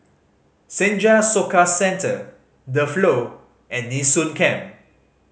Senja Soka Centre The Flow and Nee Soon Camp